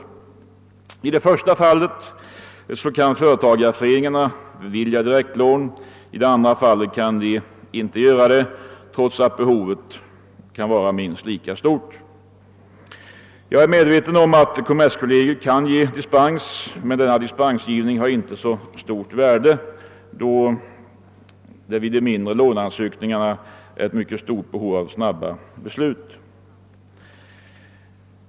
Men i det första fallet kan företagareföreningarna bevilja direktlån; i det andra fallet kan de inte göra det, trots att kreditbehovet kan vara minst lika stort. Jag är medveten om att kommerskollegium kan ge dispens, men denna dispensgivning har inte så stort värde, då det ifråga om mindre låneansökningar föreligger ett mycket stort behov av snabba beslut.